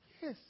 Yes